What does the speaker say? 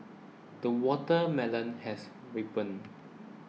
the watermelon has ripened